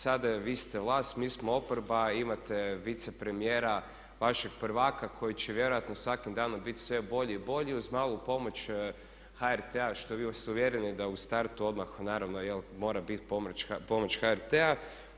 Sada vi ste vlast, mi smo oporba, imate vicepremijera vašeg prvaka koji će vjerojatno svakim danom biti sve bolji i bolji uz malu pomoć HRT-a što ste vi uvjereni da u startu odmah naravno jel' mora biti pomoć HRT-a.